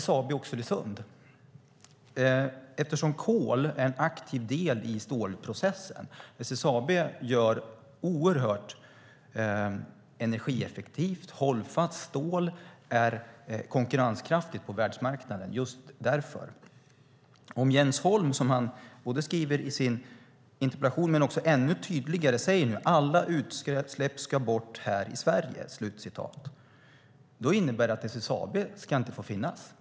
SSAB ligger i Oxelösund. Kol är en aktiv del i stålprocessen. SSAB gör oerhört energieffektivt och hållfast stål. Det är konkurrenskraftigt på världsmarknad just därför. Jens Holm skriver i sin interpellation och säger ännu tydligare nu att alla utsläpp ska bort här i Sverige. Det innebär att SSAB inte ska finnas.